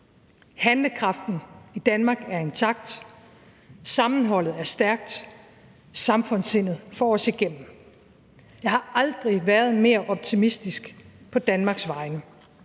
Handlekraften i Danmark er intakt, sammenholdet er stærkt, samfundssindet får os igennem. Jeg har aldrig været mere optimistisk på Danmarks vegne.